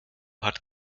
hat